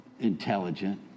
intelligent